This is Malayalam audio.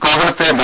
കോവളത്ത് ഡോ